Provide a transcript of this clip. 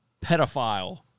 pedophile